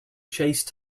chase